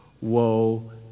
Woe